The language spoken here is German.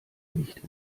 nicht